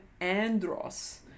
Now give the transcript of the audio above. andros